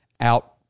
out